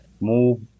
move